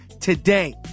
today